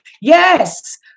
yes